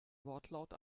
wortlaut